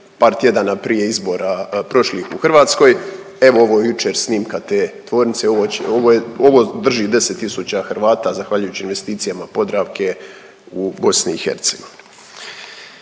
par tjedana prije izbora prošli put u Hrvatskoj. Evo ovo je jučer snimka te tvornice. Ovo drži 10000 Hrvata zahvaljujući investicijama Podravke u BiH.